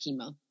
chemo